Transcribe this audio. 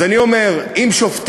אז אני אומר: אם לשופטים,